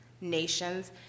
nations